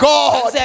God